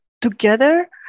together